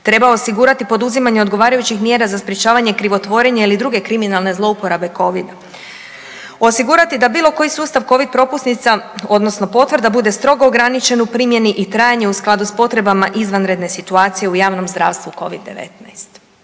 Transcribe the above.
Treba osigurati poduzimanje odgovarajućih mjera za sprječavanje krivotvorenja ili druge kriminalne zlouporabe Covida. Osigurati da bilo koji sustav Covid propusnica odnosno potvrda bude strogo ograničen u primjeni i trajanje u skladu s potrebama izvanredne situacije u javnom zdravstvu Covid-19.